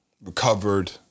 recovered